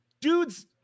dude's